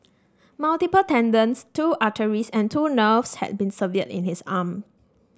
multiple tendons two arteries and two nerves had been severed in his arm